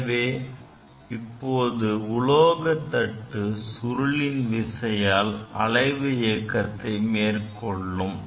எனவே இப்போது உலோக தட்டு சுருளின் விசையால் அலைவு இயக்கத்தை மேற்கொள்ளும்